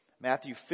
Matthew